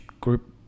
group